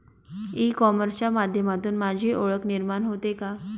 E कॉमर्सच्या माध्यमातून माझी ओळख निर्माण होते का?